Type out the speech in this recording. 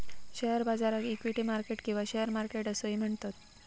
share बाजाराक equity market किंवा share market असोही म्हणतत